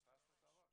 תפסנו את הראש.